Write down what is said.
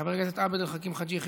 חבר הכנסת עבד אל חכים חאג' יחיא,